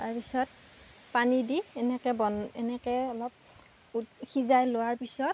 তাৰ পিছত পানী দি এনেকে বন এনেকৈ অলপ সিজাই লোৱাৰ পিছত